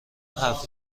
حرف